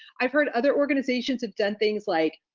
i've heard other organizations have done things like,